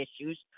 issues